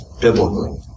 Biblically